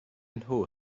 nhw